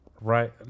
Right